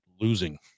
losing